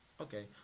Okay